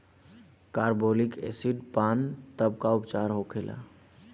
Carbolic acid पान तब का उपचार होखेला?